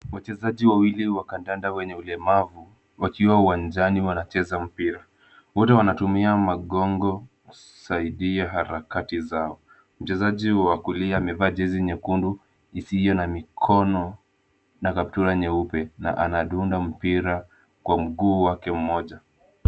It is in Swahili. Wachezaji wawili wa kandanda wenye ulemavu, wakiwa uwanjani wanacheza mpira. Wote wanatumia magongo kusaidia harakati zao. Mchezaji wa kulia amevaa jezi nyekundu, isiyo na mikono na kaptula nyeupe na anadunda mpira kwa mguu wake mmoja.